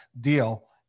deal